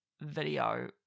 video